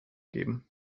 geben